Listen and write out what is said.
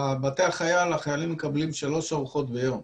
בבתי החייל החיילים מקבלים שלוש ארוחות ביום.